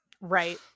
Right